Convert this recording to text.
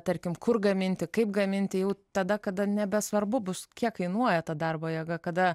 tarkim kur gaminti kaip gaminti jau tada kada nebesvarbu bus kiek kainuoja ta darbo jėga kada